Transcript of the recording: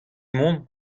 mont